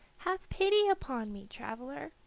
have pity upon me, traveler,